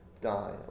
die